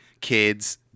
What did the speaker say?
kids